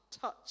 touch